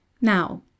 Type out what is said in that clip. Now